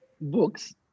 books